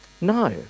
No